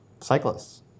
cyclists